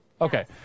Okay